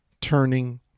turning